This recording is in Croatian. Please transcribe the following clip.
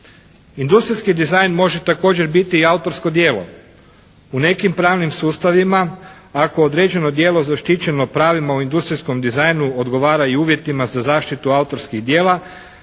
Industrijski dizajn može također biti i autorsko djelo. U nekim pravnim sustavima ako određeno djelo zaštićeno pravima o industrijskom dizajnu odgovara i uvjetima za zaštitu autorskih djela